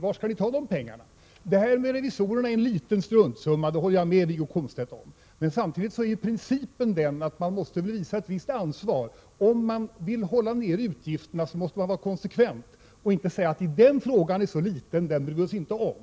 Varifrån skall ni ta de pengarna? Det här med revisorerna gäller ju en liten struntsumma, det kan jag hålla med Wiggo Komstedt om. Men samtidigt är principen den att man måste ju ta sitt ansvar. Om man vill hålla igen utgifterna måste man vara konsekvent och inte säga att frågan är så liten att vi inte bryr oss om den.